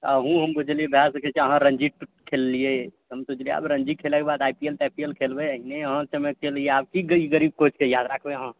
अहुँ हम बुझलिए भए सकैत छै अहाँ रणजी खेललियै हम सोचलियै आबऽ रणजी खेलयके बाद आई पी एल ताई पी एल खेलबे एहिने अहाँ चमकि गेलियै आबऽ कि ई गरीब कोचके याद रखबे अहाँ